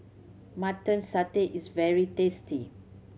Mutton Satay is very tasty